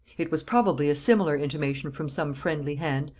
it was probably a similar intimation from some friendly hand,